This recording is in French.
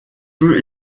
peu